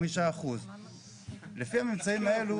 5%. לפי הממצאים האלו,